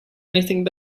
anything